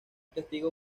testigo